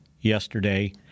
yesterday